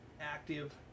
active